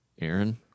Aaron